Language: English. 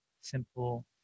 simple